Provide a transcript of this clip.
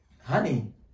honey